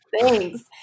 Thanks